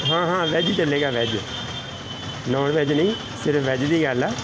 ਹਾਂ ਹਾਂ ਵੈੱਜ ਹੀ ਚੱਲੇਗਾ ਵੈੱਜ ਨੋਨ ਵੈੱਜ ਨਹੀਂ ਸਿਰਫ ਵੈੱਜ ਦੀ ਗੱਲ ਹੈ